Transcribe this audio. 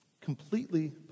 completely